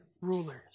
rulers